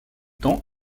temps